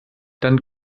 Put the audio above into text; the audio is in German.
dann